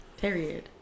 Period